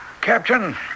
Captain